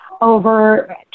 over